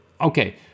okay